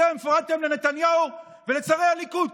אתם הפרעתם לנתניהו ולשרי הליכוד.